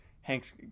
Hank's